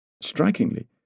Strikingly